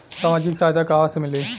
सामाजिक सहायता कहवा से मिली?